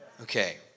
Okay